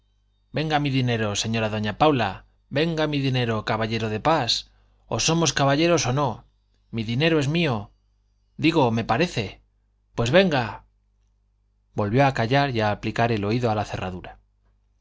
venga mi dinero señora doña paula venga mi dinero caballero de pas o somos caballeros o no mi dinero es mío digo me parece pues venga volvió a callar y a aplicar el oído a la cerradura